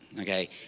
Okay